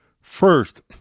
First